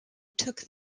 took